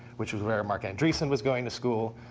which was where marc andreessen was going to school,